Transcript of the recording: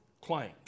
claims